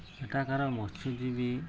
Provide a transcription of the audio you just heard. ଏଠାକାର ମତ୍ସ୍ୟଜୀବୀ